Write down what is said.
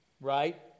Right